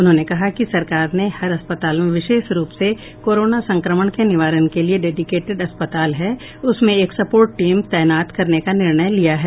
उन्होंने कहा कि सरकार ने हर अस्पताल में विशेष रूप से कोरोना संक्रमण के निवारण के लिये डिडिकेटेड अस्पताल हैं उनमें एक सपोर्ट टीम तैनात करने का निर्णय लिया है